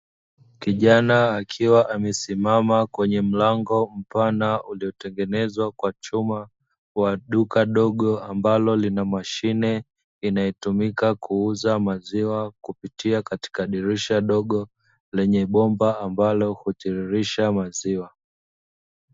Kijana akiwa amesimama kwenye mlango mpana uliotengenezwa kwa chuma, kwa duka dogo ambalo lina mashine inayotumika kuuza maziwa kupitia katika dirisha dogo, lenye bomba ambalo hutiririsha maziwa.